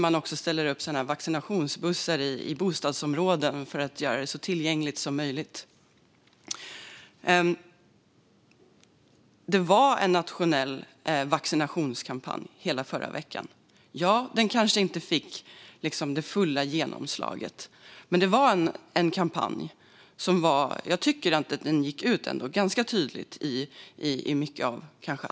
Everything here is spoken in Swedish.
Man ställer också upp vaccinationsbussar i bostadsområden för att göra det så tillgängligt så möjligt. Det var en nationell vaccinationskampanj hela förra veckan. Den kanske inte fick fullt genomslag, men jag tycker ändå att den gick ut ganska tydligt bland mycket annat.